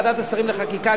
ועדת השרים לחקיקה,